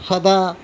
চদা